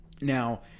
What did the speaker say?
Now